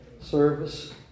service